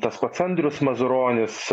tas pats andrius mazuronis